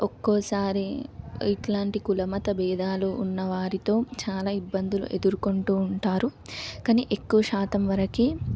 ఒక్కోసారి ఇలాంటి కుల మత భేదాలు ఉన్నవారితో చాలా ఇబ్బందులు ఎదుర్కొంటూ ఉంటారు కానీ ఎక్కువ శాతం వరకి